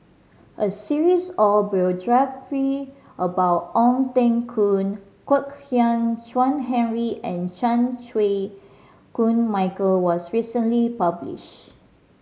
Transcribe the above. a series of about Ong Teng Koon Kwek Hian Chuan Henry and Chan Chew Koon Michael was recently publish